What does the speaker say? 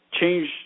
change